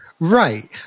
Right